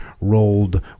rolled